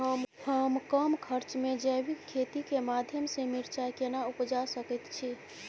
हम कम खर्च में जैविक खेती के माध्यम से मिर्चाय केना उपजा सकेत छी?